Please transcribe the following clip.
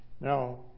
Now